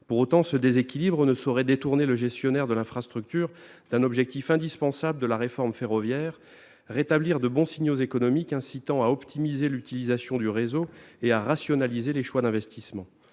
Pour autant, ce déséquilibre ne saurait détourner le gestionnaire de l'infrastructure d'un objectif indispensable de la réforme ferroviaire : rétablir de bons signaux économiques incitant à optimiser l'utilisation du réseau et à rationaliser les choix d'investissement.